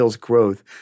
growth